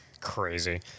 Crazy